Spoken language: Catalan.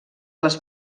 les